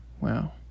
Wow